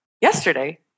yesterday